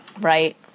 Right